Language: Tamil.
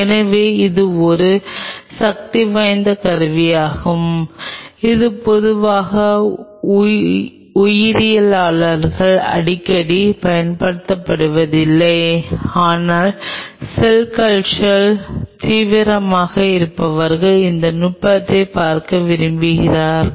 எனவே இது ஒரு சக்திவாய்ந்த கருவியாகும் இது பொதுவாக உயிரியலாளரால் அடிக்கடி பயன்படுத்தப்படுவதில்லை ஆனால் செல் கல்ச்சர் தீவிரமாக இருப்பவர்கள் இந்த நுட்பத்தைப் பார்க்க விரும்பலாம்